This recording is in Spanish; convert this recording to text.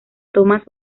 thomas